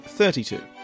thirty-two